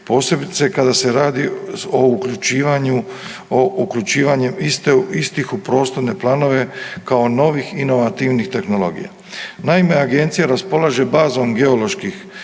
posebice kada se radi o uključivanju, o uključivanju istih u prostorne planove kao novih inovativnih tehnologija. Naime, agencija raspolaže bazom geoloških